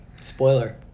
Spoiler